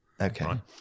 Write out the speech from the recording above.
Okay